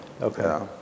Okay